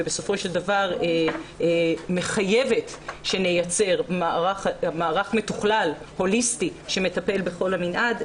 ובסופו של דבר מחייבת שנייצר מערך מתוכלל הוליסטי שמטפל בכל המנעד.